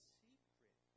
secret